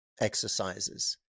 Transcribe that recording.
exercises